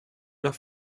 nach